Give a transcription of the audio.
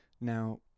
Now